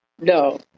No